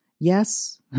Yes